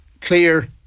clear